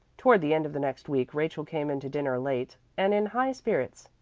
toward the end of the next week rachel came in to dinner late and in high spirits.